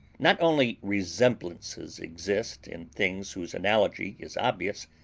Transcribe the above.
not only resemblances exist in things whose analogy is obvious,